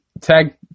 tag